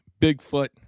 Bigfoot